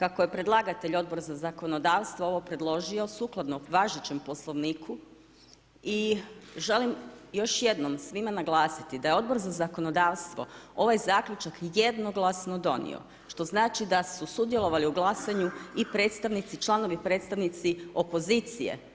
kako je predlagatelj Odbor za zakonodavstvo ovo predložio sukladno važećem Poslovniku i želim još jednom svima naglasiti da je Odbor za zakonodavstvo ovaj zaključak jednoglasno donio, što znači da su sudjelovali u glasanju i predstavnici, članovi predstavnici opozicije.